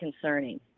concerning